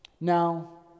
Now